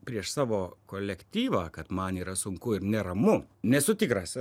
prieš savo kolektyvą kad man yra sunku neramu nesu tikras